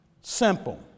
simple